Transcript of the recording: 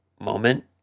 moment